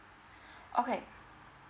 okay